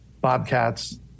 bobcats